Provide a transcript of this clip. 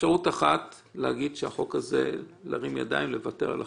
אפשרות אחת היא לוותר על החוק.